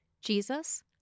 Jesus